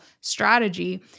strategy